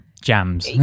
jams